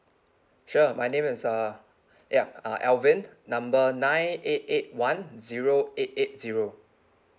sure my name is uh ya uh alvin number nine eight eight one zero eight eight zero